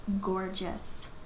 gorgeous